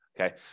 Okay